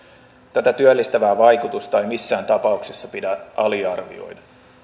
tätä työllistävää vaikutusta ei missään tapauksessa pidä aliarvioida